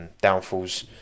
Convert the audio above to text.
downfalls